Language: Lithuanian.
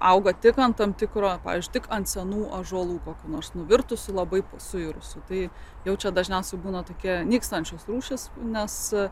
augo tik ant tam tikro pavyzdžiui tik ant senų ąžuolų kokių nors nuvirtusių labai suirusių tai jau čia dažniausiai būna tokia nykstančios rūšys nes